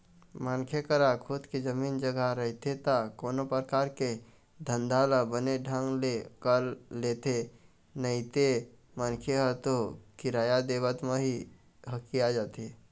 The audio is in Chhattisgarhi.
मनखे करा खुद के जमीन जघा रहिथे ता कोनो परकार के धंधा ल बने ढंग ले कर लेथे नइते मनखे ह तो किराया देवत म ही हकिया जाथे